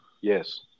Yes